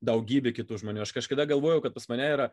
daugybe kitų žmonių aš kažkada galvojau kad pas mane yra